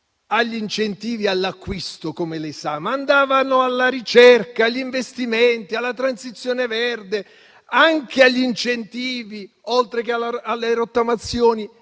agli incentivi all'acquisto, come lei sa, ma andavano alla ricerca, agli investimenti, alla transizione verde; anche agli incentivi, oltre che alle rottamazioni.